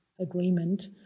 agreement